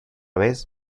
vez